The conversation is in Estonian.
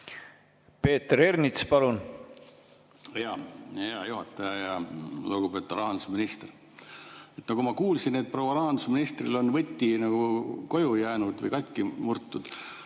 Peeter Ernits, palun!